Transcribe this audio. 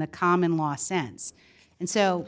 the common law sense and so